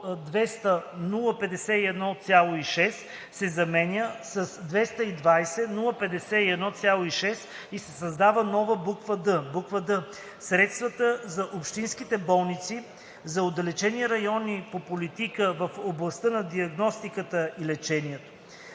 числото „200 051,6“ се заменя с „220 051,6“ и се създава нова буква д: „д) средствата за общинските болници за отдалечени райони по Политика в областта на диагностиката и лечението.“